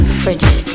frigid